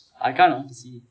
I can't uh see